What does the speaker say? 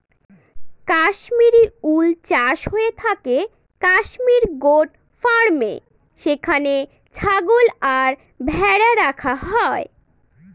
Kashmiri wool চাষ হয়ে থাকে কাশ্মির গোট ফার্মে যেখানে ছাগল আর ভেড়া রাখা হয়